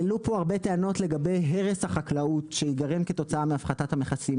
העלו פה הרבה טענות לגבי הרס החקלאות שייגרם כתוצאה מהפחתת המכסים,